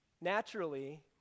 Naturally